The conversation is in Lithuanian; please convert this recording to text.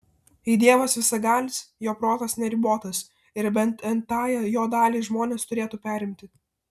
jei dievas visagalis jo protas neribotas ir bent n tąją jo dalį žmonės turėtų perimti